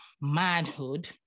manhood